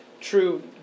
true